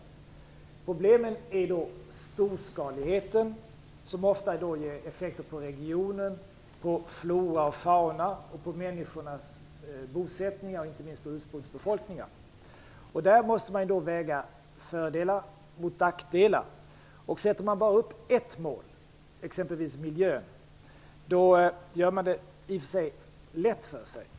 Ett problem är storskaligheten, som ofta ger effekter på regionen, på flora och fauna och på människornas, inte minst ursprungsbefolkningars, bosättningar. Man måste därvid väga fördelar mot nackdelar. Sätter man upp bara ett mål, exempelvis miljömålet, gör man det lätt för sig.